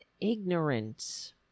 ignorance